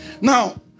Now